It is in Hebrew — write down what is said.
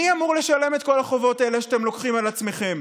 מי אמור לשלם את כל החובות האלה שאתם לוקחים על עצמכם?